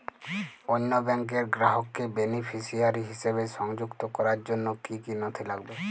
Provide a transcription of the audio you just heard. অন্য ব্যাংকের গ্রাহককে বেনিফিসিয়ারি হিসেবে সংযুক্ত করার জন্য কী কী নথি লাগবে?